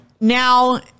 Now